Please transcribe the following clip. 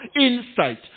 insight